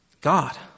God